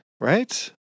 Right